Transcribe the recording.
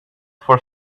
for